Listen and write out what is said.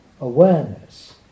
awareness